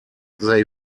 they